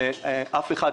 שאף אחד,